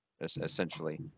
essentially